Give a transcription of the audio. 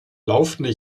laufende